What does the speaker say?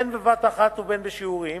בין בבת-אחת ובין בשיעורים,